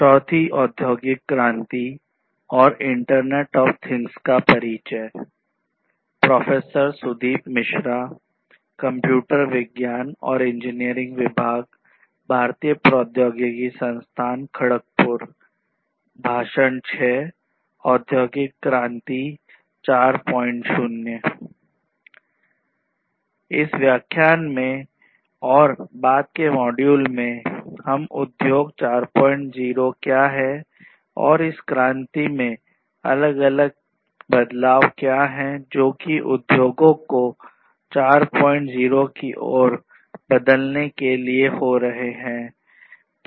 इस व्याख्यान में और बाद के मॉड्यूल में हम उद्योग 40 क्या है और इस क्रांति में अलग अलग बदलाव क्या हैं जो कि उद्योगों को उद्योग 40 की ओर बदलने के लिए हो रहा है